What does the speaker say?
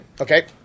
Okay